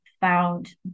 found